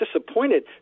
disappointed